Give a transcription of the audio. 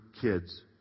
kids